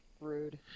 Rude